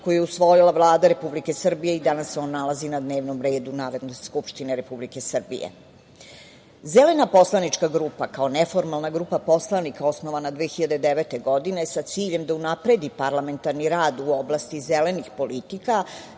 koji je usvojila Vlada Republike Srbije i danas se on nalazi na dnevnom redu Narodne skupštine Republike Srbije. Zelena poslanička grupa, kao neformalna grupa poslanika, osnovana 2009. godine sa ciljem da unapredi parlamentarni rad u oblasti zelenih politika